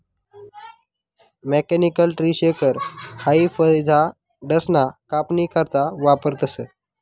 mechanical tree shaker हाई फयझाडसना कापनी करता वापरतंस